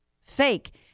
fake